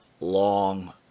long